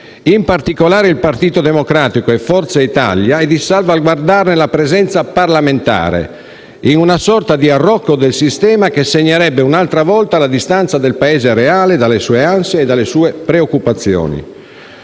in particolare il Partito Democratico e Forza Italia, e salvaguardarne la presenza parlamentare, in una sorta di arrocco del sistema che segnerebbe, un'altra volta, la distanza dal Paese reale, dalle sue ansie e preoccupazioni.